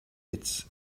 it’s